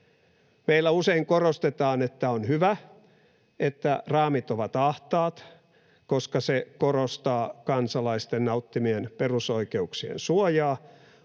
Meillä usein korostetaan, että on hyvä, että raamit ovat ahtaat, koska se korostaa kansalaisten nauttimien perusoikeuksien suojaa.